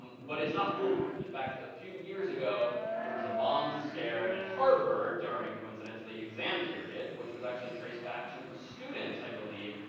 but it's not foolproof. in fact, a few years ago there was a bomb scare at harvard during, coincidentally, exam period, which was actually traced back to a student, i believe.